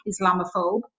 Islamophobe